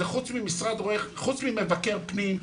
זה חוץ ממבקר פנים,